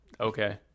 Okay